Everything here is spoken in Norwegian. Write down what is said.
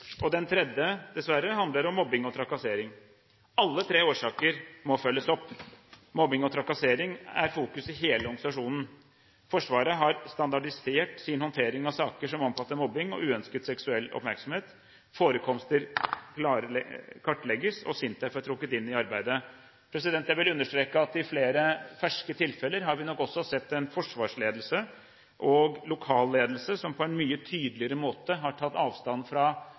og den tredje handler – dessverre – om mobbing og trakassering. Alle tre årsaker må følges opp. Mobbing og trakassering er i fokus i hele organisasjonen. Forsvaret har standardisert sin håndtering av saker som omfatter mobbing og uønsket seksuell oppmerksomhet, forekomster kartlegges, og SINTEF er trukket inn i arbeidet. Jeg vil understreke at i flere ferske tilfeller har vi nok også sett en forsvarsledelse og lokalledelse som på en mye tydeligere måte har tatt avstand fra